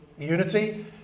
unity